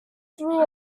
through